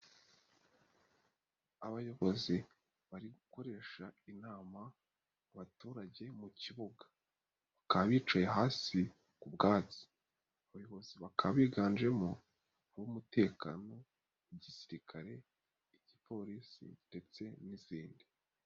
Abayobozi bari gukoresha inama abaturage mu kibuga, bakaba bicaye hasi ku bwatsi, abayobozi bakaba biganjemo ab'umutekano: igisirikare, igipolisi ndetse n'izindi.